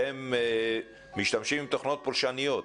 אתם משתמשים בתוכנות פולשניות,